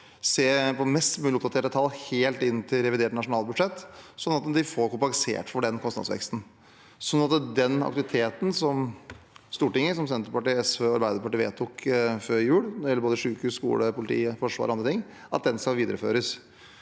se på mest mulig oppdaterte tall helt inn til revidert nasjonalbudsjett, så de får kompensert for den kostnadsveksten, sånn at den aktiviteten Stortinget – ved Senterpartiet, SV og Arbeiderpartiet – vedtok før jul, når det gjelder både sykehus, skole, politi, forsvar og andre ting, skal videreføres.